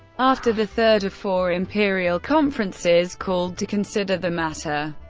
after the third of four imperial conferences called to consider the matter.